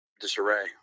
disarray